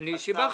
בסדר, שיבחתי.